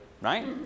Right